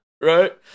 right